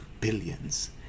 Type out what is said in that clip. billions